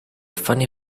funny